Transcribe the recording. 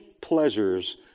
pleasures